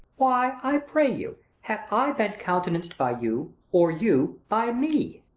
why, i pray you, have i been countenanced by you, or you by me?